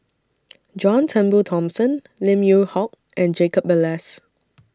John Turnbull Thomson Lim Yew Hock and Jacob Ballas